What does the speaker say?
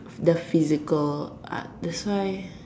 the physical art that's why